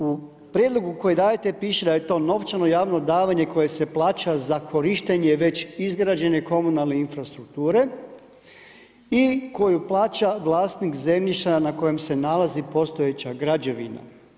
U prijedlogu koji dajete piše da to novčano javno davanje koje se plaća za korištenje već izgrađene komunalne infrastrukture i koju plaća vlasnik zemljišta na kojem se nalazi postojeća građevina.